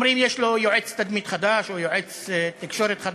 אומרים שיש לו יועץ תדמית חדש או יועץ תקשורת חדש.